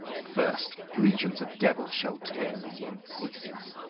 first, legions of devils shall tear thee in pieces.